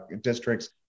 districts